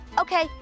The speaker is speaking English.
Okay